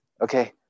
okay